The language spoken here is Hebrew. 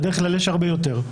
בדרך כלל יש הרבה יותר.